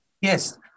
Yes